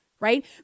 Right